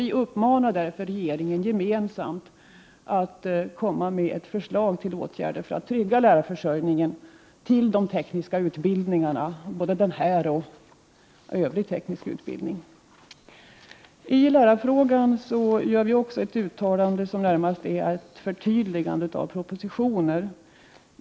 Vi uppmanar därför gemensamt regeringen att komma med förslag till åtgärder för att trygga lärarförsörjningen till de tekniska utbildningarna, dvs. både till den nu aktuella och till övrig teknisk utbildning. I lärarfrågan gör utskottet också ett uttalande som närmast är ett förtydligande av propositionen.